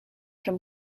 from